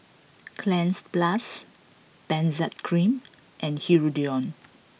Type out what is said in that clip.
Cleanz plus Benzac cream and Hirudoid